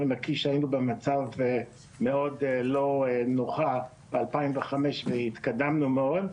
נקי במצב מאוד לא נוח ב-2005 והתקדמנו מאוד,